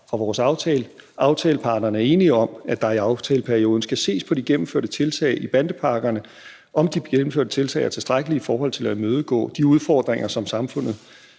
fra vores aftale: »Aftaleparterne er enige om, at der i aftaleperioden skal ses på, om de gennemførte tiltag i bandepakkerne er tilstrækkelige i forhold til at imødegå de udfordringer, som samfundet